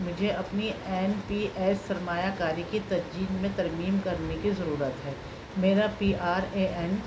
مجھے اپنی این پی ایس سرمایہ کاری کی ترجیح میں ترمیم کرنے کی ضرورت ہے میرا پی آر اے این